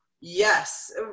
Yes